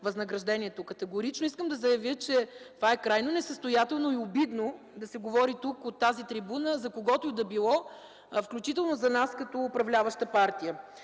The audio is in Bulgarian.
възнаграждението. Категорично искам да заявя, че е крайно несъстоятелно и обидно това да се говори тук, от тази трибуна, за когото и да било, включително за нас като управляваща партия.